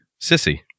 Sissy